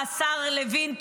השר לוין,